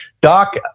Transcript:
Doc